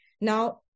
Now